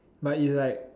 but is like